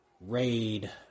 raid